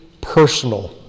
personal